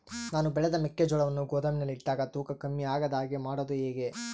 ನಾನು ಬೆಳೆದ ಮೆಕ್ಕಿಜೋಳವನ್ನು ಗೋದಾಮಿನಲ್ಲಿ ಇಟ್ಟಾಗ ತೂಕ ಕಮ್ಮಿ ಆಗದ ಹಾಗೆ ಮಾಡೋದು ಹೇಗೆ?